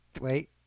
wait